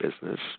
business